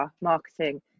marketing